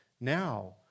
now